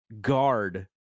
guard